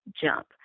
jump